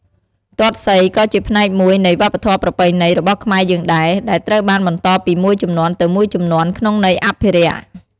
ទាត់សីក៏ជាផ្នែកមួយនៃ វប្បធម៌ប្រពៃណី របស់ខ្មែរយើងដែរ ដែលត្រូវបានបន្តពីមួយជំនាន់ទៅមួយជំនាន់ ក្នុងន័យអភិរក្ស។